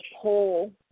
poll